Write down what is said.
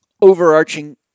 overarching